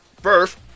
First